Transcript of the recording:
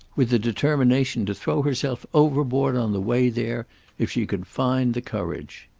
with the determination to throw herself overboard on the way there if she could find the courage.